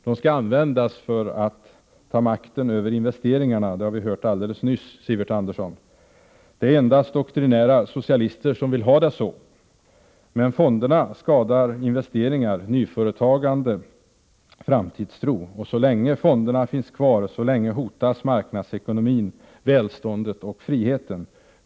De skall användas för övertagande av makten över investeringarna. Det har vi hört alldeles nyss, Sivert Andersson. Det är endast doktrinära socialister som vill ha det så. Men fonderna skadar investeringar, nyföretagande och framtidstro, och så länge som fonderna finns kvar hotas marknadsekonomin, välståndet och friheten.